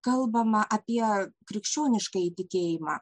kalbama apie krikščioniškąjį tikėjimą